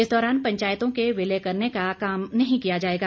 इस दौरान पंचायतों के विलय करने का काम नहीं किया जाएगा